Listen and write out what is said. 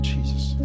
Jesus